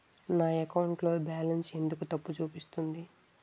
నా అకౌంట్ లో బాలన్స్ ఎందుకు తప్పు చూపిస్తుంది?